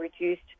reduced